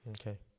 Okay